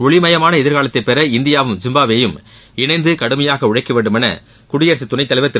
ஒளிமயமான எதிர்காலத்தைப் பெற இந்தியாவும் ஜிம்பாப்வேயும் இணைந்து கடுமையாக உழைக்க வேண்டுமென குடியரசுத்துணைத் தலைவர் திரு